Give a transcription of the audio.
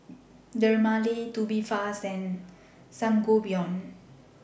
Dermale Tubifast and Sangobion